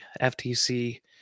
FTC